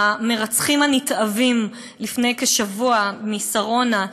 המרצחים הנתעבים לפני כשבוע בשרונה,